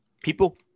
People